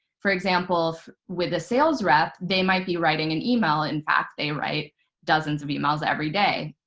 for example, with a sales rep, they might be writing an email. in fact, they write dozens of emails every day,